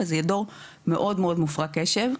זה יהיה דור מאוד מופרע קשב,